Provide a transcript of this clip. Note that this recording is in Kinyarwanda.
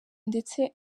ndetse